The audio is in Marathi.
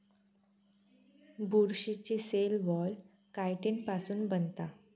बुरशीची सेल वॉल कायटिन पासुन बनता